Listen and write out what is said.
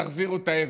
תחזירו את האבן,